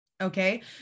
Okay